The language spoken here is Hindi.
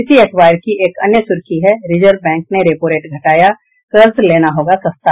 इसी अखबार की एक अन्य सुर्खी है रिजर्व बैंक ने रेपो रेट घटाया कर्ज लेना होगा सस्ता